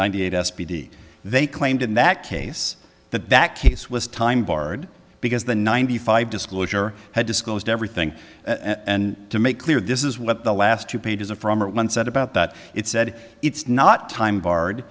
ninety eight s p d they claimed in that case that that case was time barred because the ninety five disclosure had disclosed everything and to make clear this is what the last two pages of from one said about that it said it's not time guard